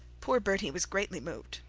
poor bertie was greatly moved.